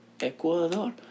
Ecuador